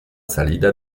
salida